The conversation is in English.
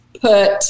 put